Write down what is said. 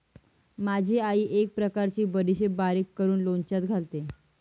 माझी आई एक प्रकारची बडीशेप बारीक करून लोणच्यात घालते